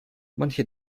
manche